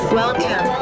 welcome